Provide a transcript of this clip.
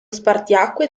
spartiacque